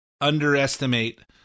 underestimate